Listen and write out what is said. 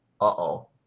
uh-oh